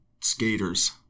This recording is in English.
skaters